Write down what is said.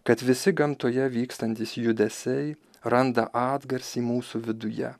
kad visi gamtoje vykstantys judesiai randa atgarsį mūsų viduje